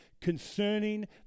concerning